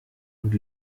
und